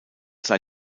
sei